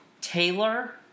Taylor